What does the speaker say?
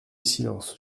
silence